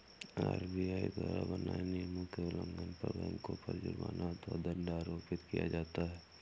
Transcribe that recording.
RBI द्वारा बनाए नियमों के उल्लंघन पर बैंकों पर जुर्माना अथवा दंड आरोपित किया जाता है